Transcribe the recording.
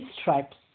stripes